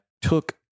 took